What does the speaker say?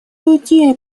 людей